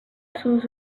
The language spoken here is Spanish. sus